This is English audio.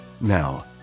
Now